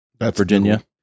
Virginia